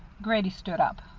grady stood up.